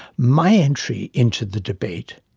my entry into the debate